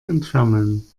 entfernen